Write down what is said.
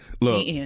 Look